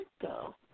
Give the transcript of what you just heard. go